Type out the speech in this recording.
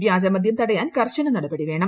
വ്യാജമദ്യം തടയാൻ കർശന നടപടി വേണം